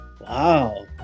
Wow